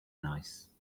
nice